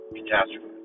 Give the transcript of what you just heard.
catastrophe